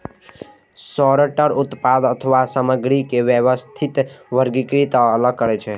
sorter उत्पाद अथवा सामग्री के व्यवस्थित, वर्गीकृत आ अलग करै छै